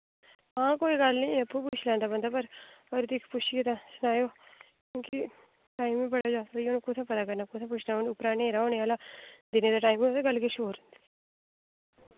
हां कोई गल्ल निं आपूं पुच्छी लैंदा बंदा पर पर तुस पुच्छियै तां सनाएओ क्योंकि टाइम बी बड़ा जैदा होई गेआ हून कु'त्थै पता करना कु'त्थै पुच्छना हून उप्परा न्हेरा होने आह्ला दिनै दा टाइम होऐ ते गल्ल किश होर